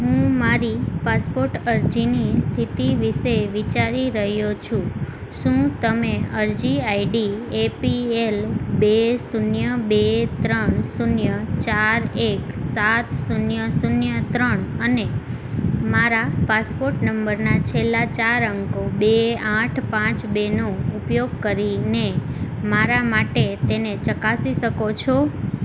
હું મારી પાસપોર્ટ અરજીની સ્થિતિ વિષે વિચારી રહ્યો છું શું તમે અરજી આઈડી એપીએલ બે શૂન્ય બે ત્રણ શૂન્ય ચાર એક સાત શૂન્ય શૂન્ય ત્રણ અને મારા પાસપોર્ટ નંબરના છેલ્લા ચાર અંકો બે આઠ પાંચ બેનો ઉપયોગ કરીને મારા માટે તેને ચકાસી શકો છો